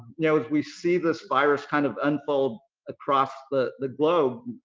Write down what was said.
you know as we see this virus kind of unfold across the the globe,